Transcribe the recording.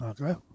Okay